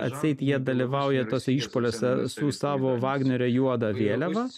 atseit jie dalyvauja tuose išpuoliuose su savo vagnerio juoda vėliava